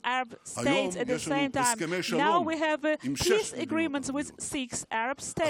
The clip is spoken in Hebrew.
היום יש לנו הסכמי שלום עם שש מדינות ערביות.